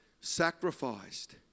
sacrificed